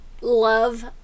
Love